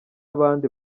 n’abandi